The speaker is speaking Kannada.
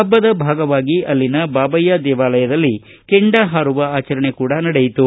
ಹಬ್ಬದ ಭಾಗವಾಗಿ ಅಲ್ಲಿನ ಬಾಬಯ್ಯ ದೇವಾಲಯದಲ್ಲಿ ಕೆಂಡ ಹಾರುವ ಆಚರಣೆ ನಡೆಯಿತು